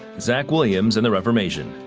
zach williams and the reformation.